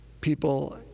people